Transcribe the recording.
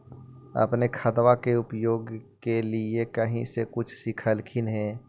अपने खादबा के उपयोग के लीये कही से कुछ सिखलखिन हाँ?